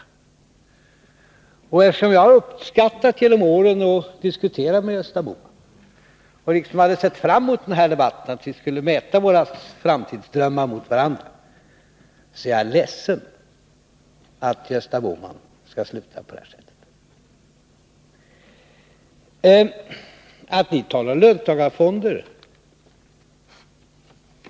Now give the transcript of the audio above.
Jag har genom åren uppskattat att få diskutera med Gösta Bohman, och jag hade sett fram emot den här debatten då vi skulle få mäta våra framtidsdrömmar mot varandra. Därför är jag ledsen att det skall sluta på det här sättet, Gösta Bohman. Jag begriper att ni talar om löntagarfonder.